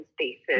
spaces